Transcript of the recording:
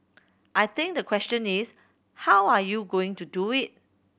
I think the question is how are you going to do it